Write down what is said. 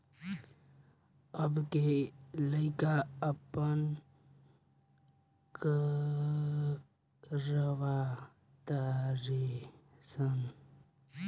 अब के लइका आपन करवा तारे सन